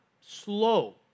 slow